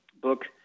book